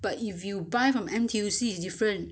but if you buy from N_T_U_C it's difference